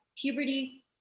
puberty